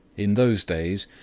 in those days,